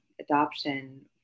adoption